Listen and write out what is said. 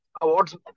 awards